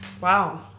Wow